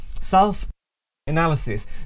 Self-analysis